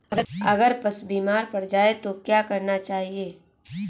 अगर पशु बीमार पड़ जाय तो क्या करना चाहिए?